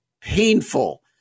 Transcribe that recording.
painful